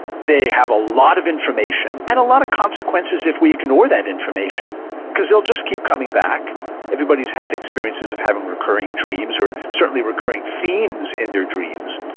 they have a lot of information and a lot of consequences if we ignore that information because they'll just keep coming back everybody's had experiences of having recurring dreams or certainly recurring themes in their dreams.